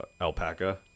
Alpaca